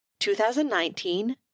2019